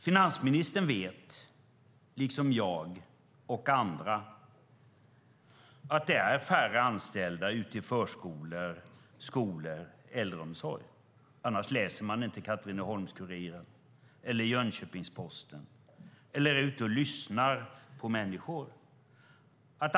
Finansministern vet, liksom jag och andra, att det är färre anställda ute i förskolorna, i skolorna och inom äldreomsorgen, annars läser man inte Katrineholms-Kuriren eller Jönköpings-Posten eller är ute och lyssnar på människor.